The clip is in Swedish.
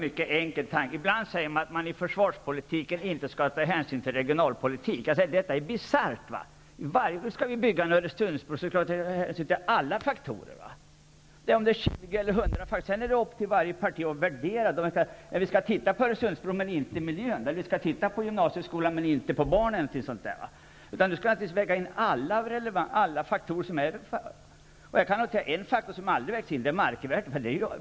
Herr talman! Ibland säger man att man i försvarspolitiken inte skall ta hänsyn till regionalpolitiken. Detta är bisarrt. Skall vi bygga en Öresundsbro, skall vi självfallet ta hänsyn till alla faktorer, oavsett om de är 20 eller 100. Sedan är det upp till varje parti att värdera dem. Man kan inte se på Öresundsbrofrågan utan att ta hänsyn till miljön och inte heller se på gymnasieskolan utan att ta hänsyn till barnen. Man skall naturligtvis väga in alla relevanta faktorer. En faktor som aldrig vägs in inom försvaret in är markvärdena.